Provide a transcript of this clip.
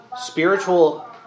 spiritual